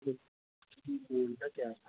ꯃꯣꯟꯗ ꯀꯌꯥ ꯁꯥꯏ